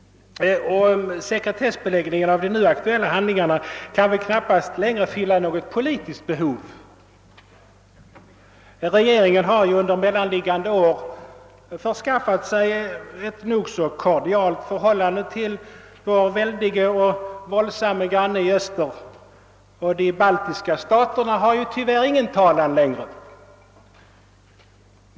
Sekretessbeläggningen av de nu aktuella handlingarna kan knappast längre fylla något politiskt behov. Regeringen har ju under mellanliggande år förskaffat sig ett nog så kordialt förhållande till vår väldiga och våldsamma granne i Öster, och de baltiska staterna har tyvärr ingen talan längre.